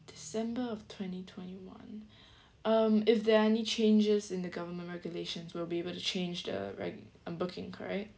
december of twenty twenty one um if there are any changes in the government regulations we will be able to change the reg~ um booking correct